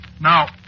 Now